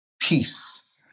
peace